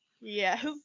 Yes